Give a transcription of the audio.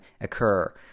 occur